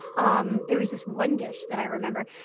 um there was this one dish that i remember.